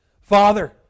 Father